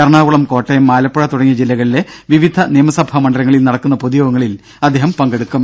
എറണാകുളം കോട്ടയം ആലപ്പുഴ തുടങ്ങിയ ജില്ലകളിലെ വിവിധ നിയമസഭാ മണ്ഡലങ്ങളിൽ നടക്കുന്ന പൊതുയോഗങ്ങളിൽ അദ്ദേഹം പങ്കെടുക്കും